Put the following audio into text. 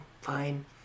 fine